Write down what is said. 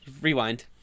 Rewind